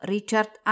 Richard